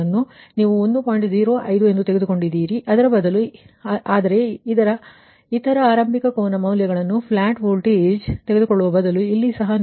05 ಎಂದು ತೆಗೆದುಕೊಂಡಿದ್ದೀರಿ ಆದರೆ ಇತರ ಆರಂಭಿಕ ಕೋನ ಮೌಲ್ಯಗಳನ್ನು ಫ್ಲಾಟ್ ವೋಲ್ಟೇಜ್ ತೆಗೆದುಕೊಳ್ಳುವ ಬದಲು ಇಲ್ಲಿ ಸಹ ನೀವು 1